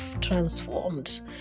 transformed